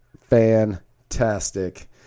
fantastic